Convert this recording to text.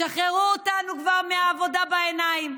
תשחררו אותנו כבר מהעבודה בעיניים.